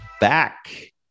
back